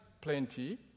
plenty